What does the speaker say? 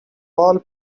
wall